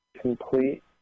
complete